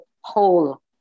whole